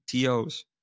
TOs